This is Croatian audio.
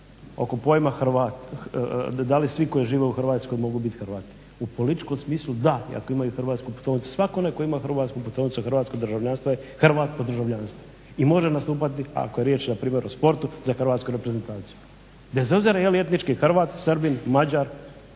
oko pojma da li svi koji žive u Hrvatskoj mogu biti Hrvati. U političkom smislu da i ako imaju hrvatsku putovnicu, svatko onaj tko ima hrvatsku putovnicu i hrvatsko državljanstvo je Hrvat po državljanstvu i može nastupati ako je riječ npr. o sportu za hrvatsku reprezentaciju bez obzira jeli etnički Hrvat, Srbin, Mađar,